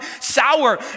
sour